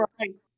right